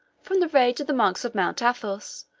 from the rage of the monks of mount athos,